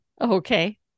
Okay